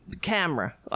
camera